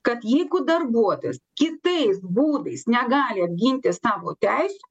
kad jeigu darbuotojas kitais būdais negali apginti savo teis